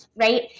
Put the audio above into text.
right